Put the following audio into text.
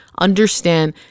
understand